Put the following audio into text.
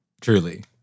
Truly